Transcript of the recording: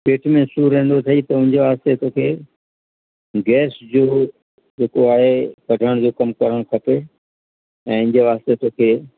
पेट में सूर रहंदो अथईं त उन जे वास्ते तोखे गैस जो जेको आहे कढण जो कमु करणु खपे ऐं इन जे वास्ते तोखे